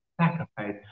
sacrifice